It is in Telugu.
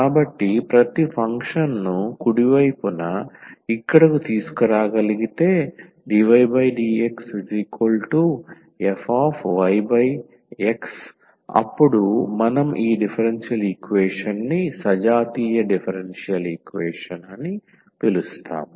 కాబట్టి ప్రతి ఫంక్షన్ను కుడి వైపున ఇక్కడకు తీసుకురాగలిగితే dydxfyx అప్పుడు మనం ఈ డిఫరెన్షియల్ ఈక్వేషన్ని సజాతీయ డిఫరెన్షియల్ ఈక్వేషన్ అని పిలుస్తాము